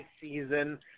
season